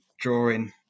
drawing